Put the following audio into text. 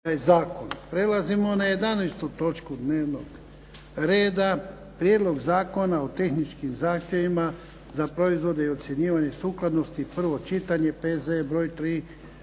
Prelazimo na 11. točku dnevnog reda - Prijedlog zakona o tehničkim zahtjevima za proizvode i ocjenjivanju sukladnosti, prvo čitanje, P.Z.E.